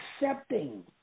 accepting